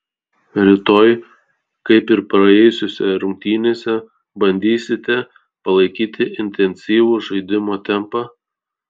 rytoj kaip ir praėjusiose rungtynėse bandysite palaikyti intensyvų žaidimo tempą